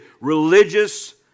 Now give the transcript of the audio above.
religious